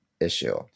issue